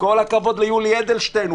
"כל הכבוד ליולי אדלשטיין,